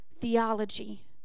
theology